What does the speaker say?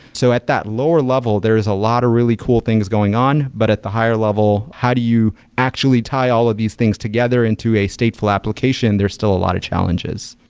so at that lower level, there is a lot of really cool things going on. but at the higher level, how do you actually tie all of these things together into a stateful application. there're still a lot of challenges.